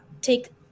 take